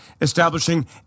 establishing